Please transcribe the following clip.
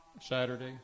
Saturday